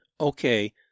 okay